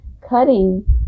cutting